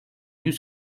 yüz